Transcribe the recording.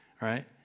right